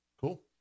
Cool